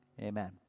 Amen